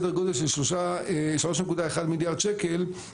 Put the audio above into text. סדר גודל של 3.1 מיליארד שקלים,